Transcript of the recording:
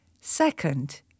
Second